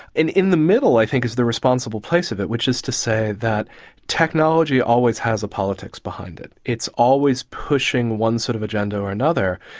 and in the middle i think is the responsible place of it, which is to say that technology always has politics behind it, it's always pushing one sort of agenda or another,